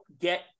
get